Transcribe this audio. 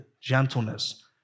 gentleness